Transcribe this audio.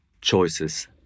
choices